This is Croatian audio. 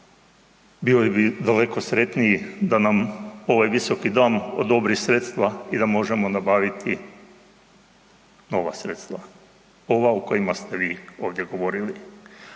bili bi daleko sretniji da nam ovaj Visoki dom odobri sredstva i da možemo nabaviti nova sredstva. Nova o kojima ste vi ovdje govorili.